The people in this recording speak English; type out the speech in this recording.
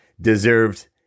deserved